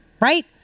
right